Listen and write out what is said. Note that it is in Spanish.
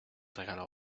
regalo